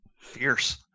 fierce